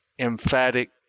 Emphatic